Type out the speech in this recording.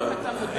האם אתה מודע,